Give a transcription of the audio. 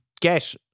get